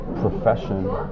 profession